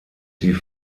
sie